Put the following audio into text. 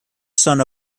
son